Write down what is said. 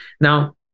Now